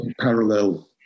parallel